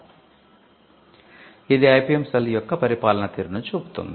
ఇప్పుడు ఇది IPM cell యొక్క పరిపాలనా తీరును చూపుతుంది